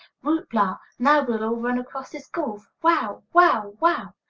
whoop-la! now we'll all run across this gulf! wow! wow! wow!